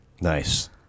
Nice